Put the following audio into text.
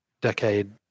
decade